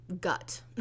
gut